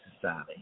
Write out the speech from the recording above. society